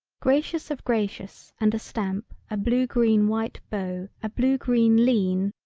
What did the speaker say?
gracious of gracious and a stamp a blue green white bow a blue green lean,